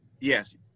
Yes